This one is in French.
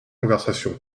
conversation